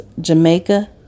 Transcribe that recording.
Jamaica